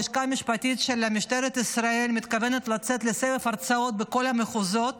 הלשכה המשפטית של משטרת ישראל מתכוונת לצאת לסבב הרצאות בכל המחוזות